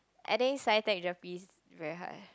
I think sci tech Gerpe very high